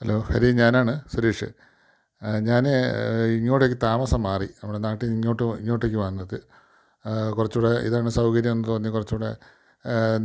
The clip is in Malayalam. ഹലോ ഹരി ഞാനാണ് സുരേഷ് ഞാൻ ഇങ്ങോട്ടേക്ക് താമസം മാറി നമ്മുടെ നാട്ടിൽ ഇങ്ങോട്ട് ഇങ്ങോട്ടേക്ക് വന്നെത്തി കുറച്ചുകൂടെ ഇതാണ് സൗകര്യം തോന്നി കുറച്ചുകൂടെ